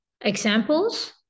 examples